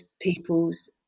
people's